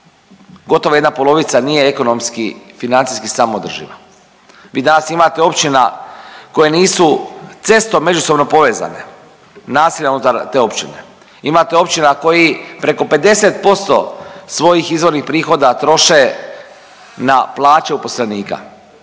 gotovo jedna polovica nije ekonomski, financijski samoodrživa. Vi danas imate općina koje nisu cestom međusobno povezane, naselja unutar te općine. Imate općina koji preko 50% svojih izvornih prihoda troše na plaće uposlenika